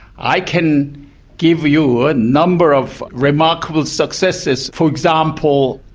i can give you a number of remarkable successes, for example,